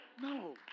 No